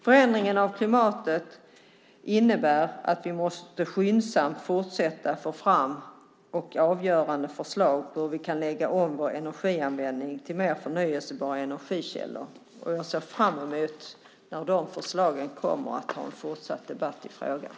Förändringen av klimatet innebär att vi skyndsamt måste fortsätta att få fram avgörande förslag på hur vi kan lägga om vår energianvändning till mer förnybara energikällor. Jag ser fram emot, när de förslagen kommer, att ha en fortsatt debatt i frågan.